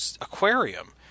aquarium